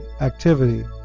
activity